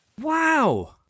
Wow